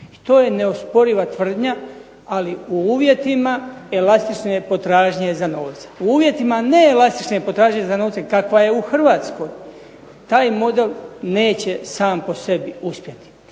to je neosporiva tvrdnja, ali u uvjetima elastične potražnje za novcem. U uvjetima neelastične potražnje za novcem kakva je u Hrvatskoj taj model neće sam po sebi uspjeti.